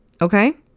Okay